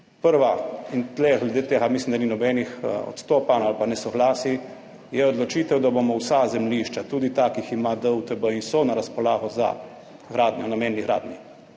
prva – in glede tega mislim, da ni nobenih odstopanj ali pa nesoglasij – je odločitev, da bomo vsa zemljišča, tudi ta, ki jih ima DUTB in so na razpolago za gradnjo, namenili gradnji.